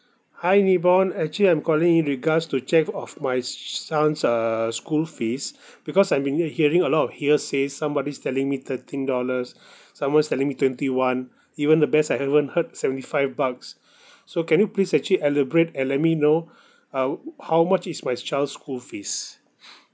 hi nibong actually I'm calling in regards to check of my son's uh school fees because I've been hear~ hearing a lot of hearsays somebody is telling me thirteen dollars someone is telling me twenty one even the best I've ever heard is seventy five bucks so can you please actually elaborate and let me know uh what how much is my child's school fees